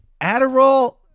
Adderall